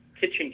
kitchen